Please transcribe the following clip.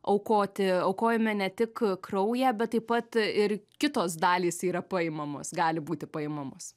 aukoti aukojame ne tik kraują bet taip pat ir kitos dalys yra paimamos gali būti paimamos